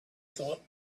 thought